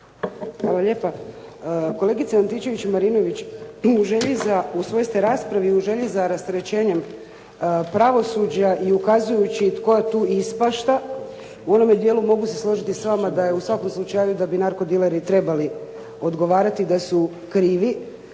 Hvala lijepa. Kolegice Ingrid Antičević Marinović u želji za, u svojoj ste raspravi u želji za rasterećenjem pravosuđa i ukazujući tko tu ispašta u onome dijelu mogu se složiti s vama da je u svakom slučaju da bi narko dileri trebali odgovarati da su krivi.